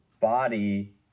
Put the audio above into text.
body